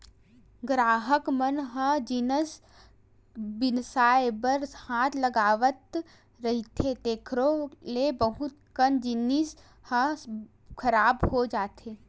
गराहक मन ह जिनिस बिसाए बर हाथ लगावत रहिथे तेखरो ले बहुत कन जिनिस ह खराब हो जाथे